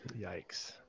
yikes